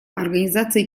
организации